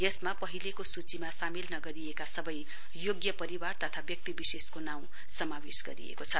यसमा पहिलाको सूचीमा सामेल नगरिएका सबै योग्य परिवार तथा व्यक्तिविशेषको नाँउ समावेश गरिएको छ